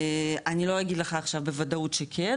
אני לא אגיד לך עכשיו בוודאות שכן,